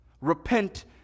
Repent